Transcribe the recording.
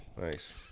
Nice